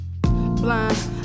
Blind